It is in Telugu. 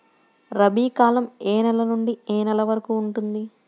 రబీ కాలం ఏ నెల నుండి ఏ నెల వరకు ఉంటుంది?